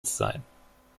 sein